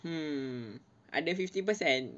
mm ada fifty percent